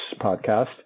podcast